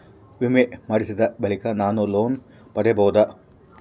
ವಿಮೆ ಮಾಡಿಸಿದ ಬಳಿಕ ನಾನು ಲೋನ್ ಪಡೆಯಬಹುದಾ?